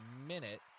minute